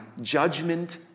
judgment